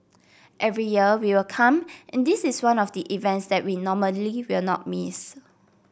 every year we will come and this is one of the events that we normally will not miss